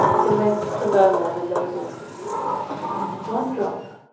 commenced to murmur in a low voice one drop,